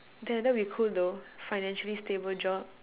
then that would be cool though financially stable job